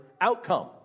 outcome